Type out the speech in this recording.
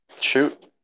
Shoot